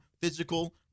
physical